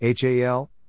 HAL